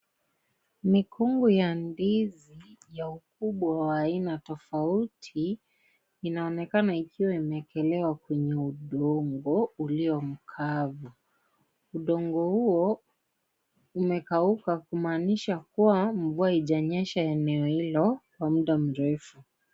Mikunga ya ndizi ya ukubwa wa aina tofauti inaonekana ikiwa imeekelewa kwenye udongo ulio mkavu udongo huo imekauka kumaanisha kuwa mvua haijanyesha eneo hilo kwa muda mrefu.